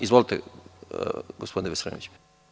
Izvolite, gospodine Veselinoviću.